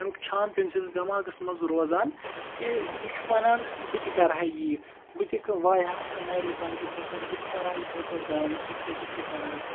اَمیُک چھَام چھُ أمۍ سٕندِس دٮ۪ماغَس منٛز روزان تہِ یہِ چھُ وَنان بہٕ تہِ کَرٕہا یی بہٕ تہِ وایہِ ہا نَرِ زَنٛگ یِتھَے پٲٹھۍ بہٕ تہِ کَرٕہا یِتھَے پٲٹھۍ ڈانٕس یِتھ پٲٹھۍ یہِ چھُ کَران